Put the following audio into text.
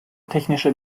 technische